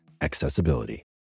accessibility